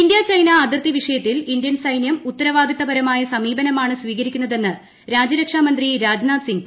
India China അതിർത്തി വിഷയത്തിൽ Indian സൈന്യം ഉത്തരവാദിത്തപരമായ സമീപനമാണ് സ്വീകരിക്കുന്നതെന്ന് രാജ്യരക്ഷാമന്ത്രി രാജ്നാഥ് സിംഗ്